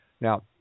Now